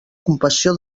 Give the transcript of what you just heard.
compassió